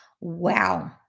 Wow